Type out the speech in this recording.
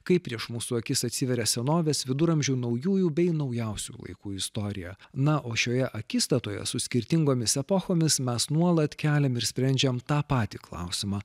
kaip prieš mūsų akis atsiveria senovės viduramžių naujųjų bei naujausių laikų istorija na o šioje akistatoje su skirtingomis epochomis mes nuolat keliam ir sprendžiam tą patį klausimą